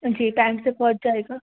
جی time سے پہنچ جائیے گا